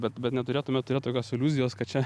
bet bet neturėtume turėt tokios iliuzijos kad čia